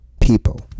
people